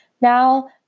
now